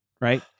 right